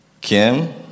Kim